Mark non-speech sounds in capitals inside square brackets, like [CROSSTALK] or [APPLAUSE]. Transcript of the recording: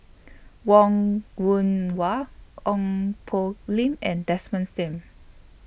Wong [UNINTELLIGIBLE] Wah Ong Poh Lim and Desmond SIM